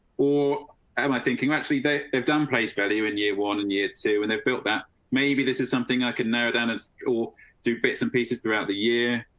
or am i thinking actually they have done place value in year one and year two and they built that? maybe this is something i could never done? or do bits and pieces throughout the year?